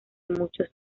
muchos